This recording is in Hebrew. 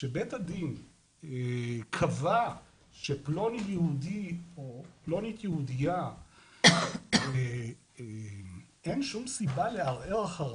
שבית הדין קבע שפלוני יהודי או פלוני יהודייה אין שום סיבה לערער אחריו.